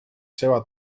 seva